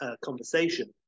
conversation